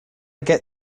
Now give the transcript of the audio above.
get